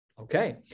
Okay